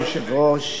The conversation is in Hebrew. כנסת נכבדה,